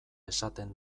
esaten